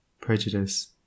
prejudice